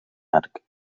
arc